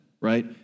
right